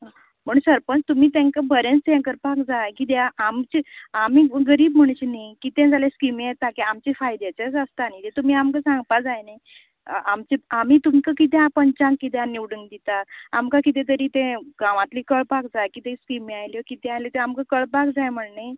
म्हूण सरपंच तुमी तेंका बरेच हे करपाक जाय कित्याक आमचे आमी गरीब म्हणचे न्हि किते जाल्यार स्किमी येता ते आमच्या फायद्याचे जाता न्ही ते तुमी आमकां सांगपा जाय न्ही आमी तुमकां कित्यापंचांक कित्या निवडून दिता आमकां किते तरी ते गांवातले कळपाक जाय किते स्किमी आयल्यो किते आयले ते आमकां कळपाक जाय म्हण न्ही